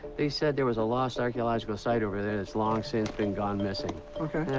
they said there was a lost archaeological site over there that's long since been gone missing.